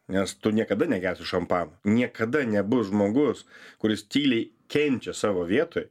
nes tu niekada negersi šampano niekada nebus žmogus kuris tyliai kenčia savo vietoj